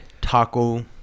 taco